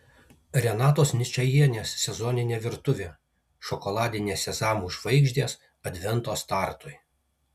renatos ničajienės sezoninė virtuvė šokoladinės sezamų žvaigždės advento startui